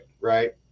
right